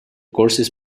courses